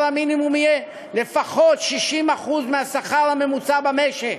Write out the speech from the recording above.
המינימום יהיה לפחות 60% מהשכר הממוצע במשק,